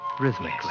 rhythmically